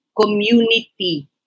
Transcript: community